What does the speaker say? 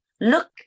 Look